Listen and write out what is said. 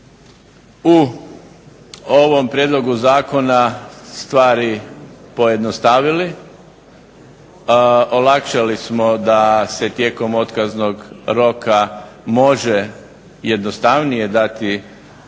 u ovom Prijedlogu zakona stvari pojednostavili, olakšali smo da se tijekom otkaznog roka može jednostavnije dati